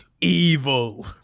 evil